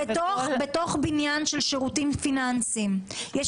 בתוך הבניין של השירותים הפיננסיים יש